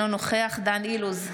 אינו נוכח דן אילוז,